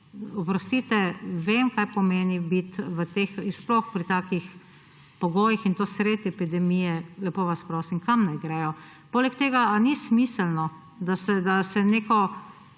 vem, kaj pomeni biti sploh pri takih pogojih in to sredi epidemije. Lepo vas prosim, kam naj grejo? Poleg tega ali ni smiselno, da se neko